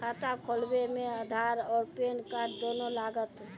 खाता खोलबे मे आधार और पेन कार्ड दोनों लागत?